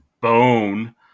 bone